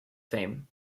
fame